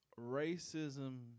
Racism